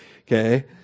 Okay